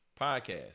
podcast